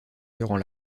durant